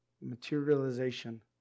materialization